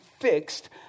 fixed